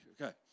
okay